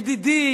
ידידי,